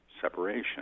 separation